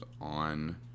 on